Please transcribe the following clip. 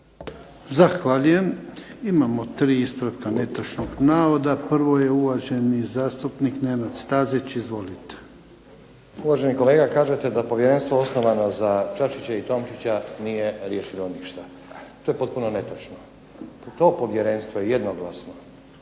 Zahvaljujem. Imamo tri ispravka netočnog navoda, prvo je uvaženi zastupnik Nenad Stazić. Izvolite. **Stazić, Nenad (SDP)** Uvaženi kolega kažete da Povjerenstvo osnovano za Čačića i Tomčića nije riješilo ništa. To je potpuno netočno, to povjerenstvo je jednoglasno